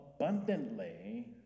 abundantly